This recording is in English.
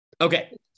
Okay